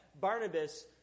barnabas